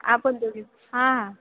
आपण दोघीच हां हां